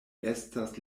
estas